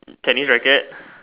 tennis racket